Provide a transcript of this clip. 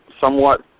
somewhat